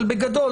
אבל בגדול,